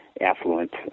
affluent